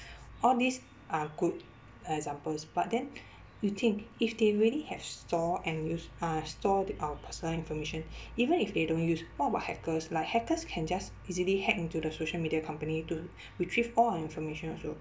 all these are good examples but then you think if they really have store and use uh store th~ our personal information even if they don't use what about hackers like hackers can just easily hack into the social media company to retrieve all our information also